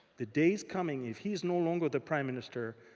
the day is coming if he's no longer the prime minister.